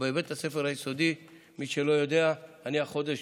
בבית הספר היסודי, מי שלא יודע, אני החודש